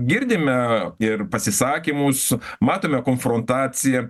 girdime ir pasisakymus matome konfrontaciją